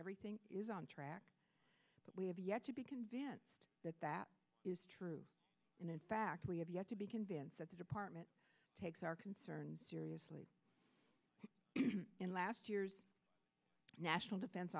everything is on track but we have yet to be convinced that that is true and in fact we have yet to be convinced that the department takes our concerns seriously in last year's national defen